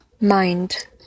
Mind